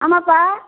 ஆமாப்பா